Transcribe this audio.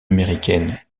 américaine